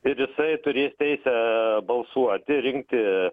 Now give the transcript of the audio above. ir jisai turės teisę balsuoti rinkti